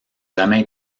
jamais